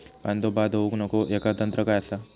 कांदो बाद होऊक नको ह्याका तंत्र काय असा?